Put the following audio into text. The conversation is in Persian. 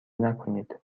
نکنید